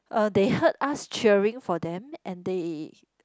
uh they heard us cheering for them and they